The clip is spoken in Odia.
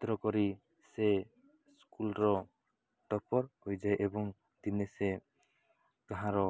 ଚିତ୍ର କରି ସେ ସ୍କୁଲର ଟପର ହୋଇଯାଏ ଏବଂ ଦିନେ ସେ କାହାର